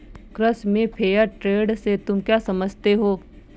कृषि में fair trade से तुम क्या समझते हो?